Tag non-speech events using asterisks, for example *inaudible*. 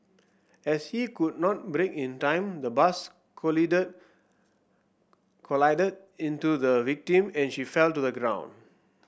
as he could not brake in time the bus *unintelligible* collided into the victim and she fell to the ground